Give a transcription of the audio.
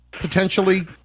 potentially